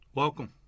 Welcome